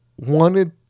wanted